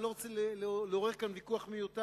אני לא רוצה לעורר כאן ויכוח מיותר.